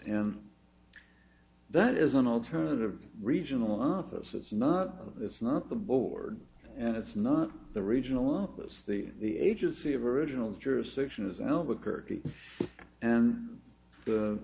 and that is an alternative regional office it's not it's not the board and it's not the regional office the the agency of original jurisdiction is albuquerque and